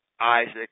Isaac